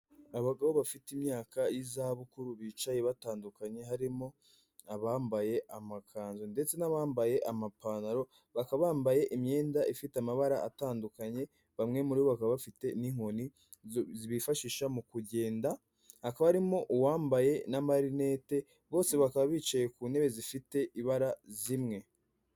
Abagabo bafite imyaka y'izabukuru bicaye batandukanye harimo abambaye amakanzu ndetse n'abambaye amapantaro bakaba bambaye imyenda ifite amabara atandukanye bamwe muri bo bakaba bafite n'inkoni bifashisha mu kugenda akaba arimo uwambaye n' amarinete bose bakaba bicaye ku ntebe zifite ibara zimwe.